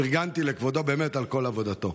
פרגנתי לו באמת על כל עבודתו.